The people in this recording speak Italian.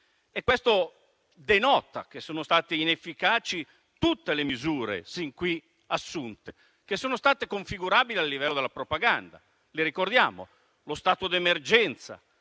Questo denota che sono state inefficaci tutte le misure sin qui assunte, che sono state configurabili al livello della propaganda. Le ricordiamo: lo stato d'emergenza,